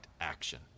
action